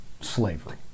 slavery